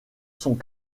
sont